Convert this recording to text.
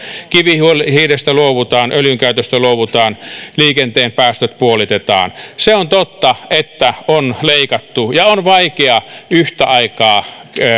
kivihiilestä luovutaan öljyn käytöstä luovutaan liikenteen päästöt puolitetaan se on totta että on leikattu ja on vaikea yhtä aikaa